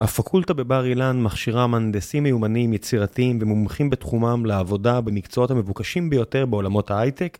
הפקולטה בבר אילן מכשירה מנדסים מיומנים יצירתיים ומומחים בתחומם לעבודה במקצועות המבוקשים ביותר בעולמות ההייטק